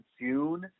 June